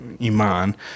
Iman